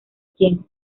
quién